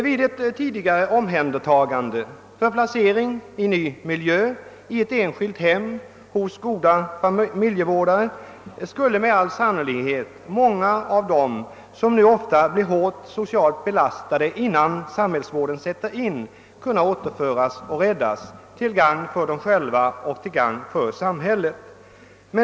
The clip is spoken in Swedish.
Med ett tidigare omhändertagande för placering i ny miljö, i ett enskilt hem hos goda familjevårdare, skulle många av de ungdomar som nu blir svårt socialt belastade innan samhällsvården sätter in med all säkerhet kunna återföras och räddas, till gagn för dem själva och samhället.